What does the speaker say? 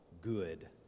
good